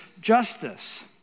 justice